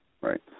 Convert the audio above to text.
Right